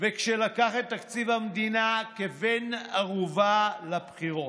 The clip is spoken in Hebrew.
וכשלקח את תקציב המדינה כבן ערובה לבחירות.